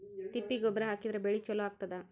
ತಿಪ್ಪಿ ಗೊಬ್ಬರ ಹಾಕಿದ್ರ ಬೆಳಿ ಚಲೋ ಆಗತದ?